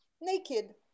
naked